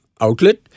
outlet